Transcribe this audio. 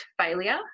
failure